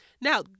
now